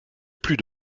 plus